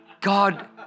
God